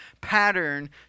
pattern